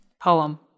poem